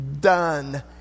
done